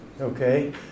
Okay